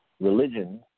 religion